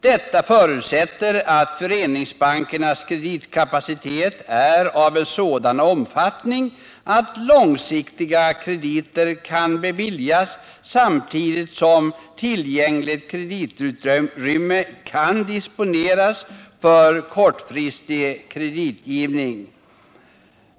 Detta förutsätter att föreningsbankernas kreditkapacitet är av en sådan omfattning att långsiktiga krediter kan beviljas samtidigt som tillgängligt kreditutrymme också kan disponeras för kortfristig kreditgivning.